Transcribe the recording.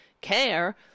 care